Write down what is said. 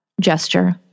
gesture